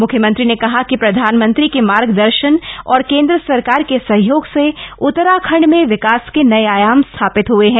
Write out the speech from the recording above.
म्ख्यमंत्री ने कहा कि प्रधानमंत्री के मार्गदर्शन और केंद्र सरकार के सहयोग से उत्तराखण्ड में विकास के नये आयाम स्थापित हुए हैं